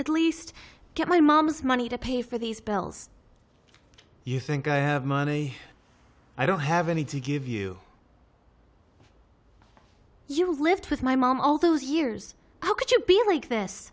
at least get my mom's money to pay for these bills you think i have money i don't have any to give you you lived with my mom all those years how could you be like this